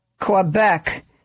Quebec